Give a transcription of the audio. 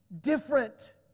different